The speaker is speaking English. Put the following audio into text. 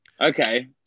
Okay